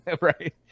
right